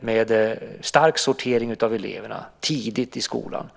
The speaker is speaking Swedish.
med stark sortering av eleverna tidigt i skolan.